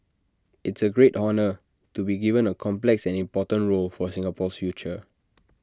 it's A great honour to be given A complex and important role for Singapore's future